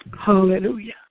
Hallelujah